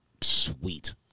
Sweet